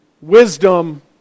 wisdom